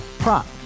Prop